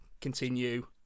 continue